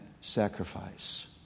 sacrifice